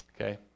Okay